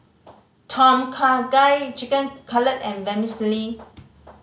Tom Kha Gai Chicken Cutlet and Vermicelli